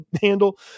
handle